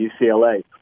UCLA